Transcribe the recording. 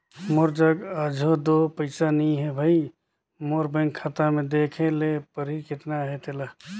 मोर जग अझो दो पइसा नी हे भई, मोर बेंक खाता में देखे ले परही केतना अहे तेला